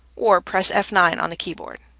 or press f nine on the keyboard.